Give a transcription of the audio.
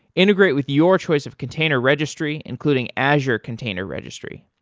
integrate with your choice of container registry, including azure container registry.